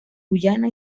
guyana